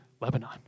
Lebanon